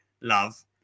love